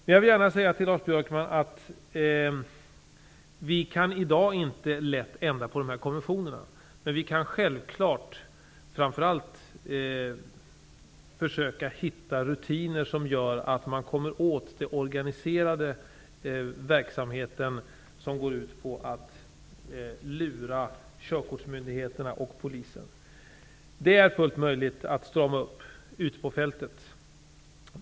Det är i dag inte lätt att ändra på dessa konventioner. Men vi kan självfallet försöka hitta rutiner som gör att man kommer åt den organiserade verksamheten, som går ut på att lura körkortsmyndigheterna och Polisen. Detta är fullt möjligt att strama upp ute på fältet.